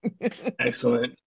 Excellent